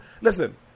listen